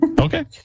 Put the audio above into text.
Okay